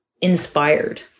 inspired